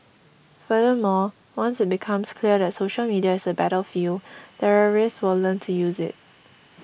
furthermore once it becomes clear that social media is a battlefield terrorists will learn to use it